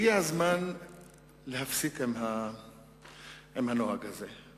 הגיע הזמן להפסיק עם הנוהג הזה.